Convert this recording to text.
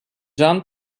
jan